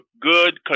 good